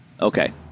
Okay